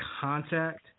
contact